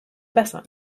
besser